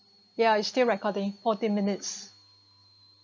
ya it still recording forty minutes